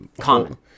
Common